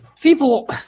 People –